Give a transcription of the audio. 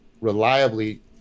reliably